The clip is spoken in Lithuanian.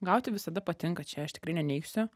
gauti visada patinka čia aš tikrai neneigsiu